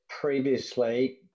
previously